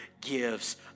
gives